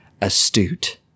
astute